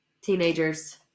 teenagers